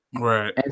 Right